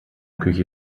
küche